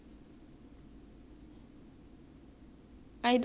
I do that when I'm in school basically